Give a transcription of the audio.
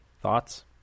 thoughts